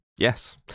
Yes